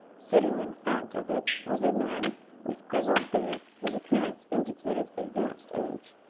sitting in front of it was a man with grizzled beard whose appearance indicated advanced age.